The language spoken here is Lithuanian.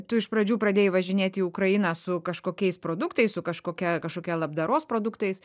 tu iš pradžių pradėjai važinėt į ukrainą su kažkokiais produktais su kažkokia kažkokia labdaros produktais